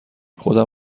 خودم